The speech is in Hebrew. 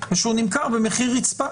והוא נמכר במחיר רצפה.